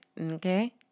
Okay